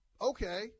okay